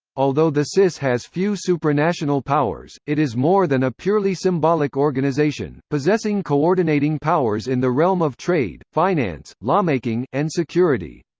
although the cis has few supranational powers, it is more than a purely symbolic organization, possessing coordinating powers in the realm of trade, finance, lawmaking, and security.